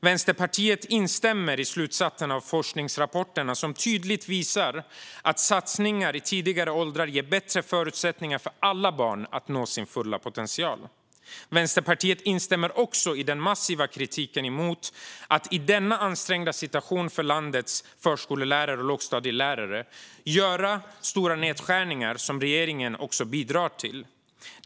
Vänsterpartiet instämmer i slutsatsen av forskningsrapporterna, som tydligt visar att satsningar i tidigare åldrar ger bättre förutsättningar för alla barn att nå sin fulla potential. Vänsterpartiet instämmer också i den massiva kritiken mot att i denna ansträngda situation för landets förskolelärare och lågstadielärare göra stora nedskärningar, som regeringen bidrar till.